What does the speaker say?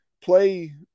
play